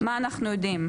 מה אנחנו יודעים?